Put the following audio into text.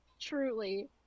truly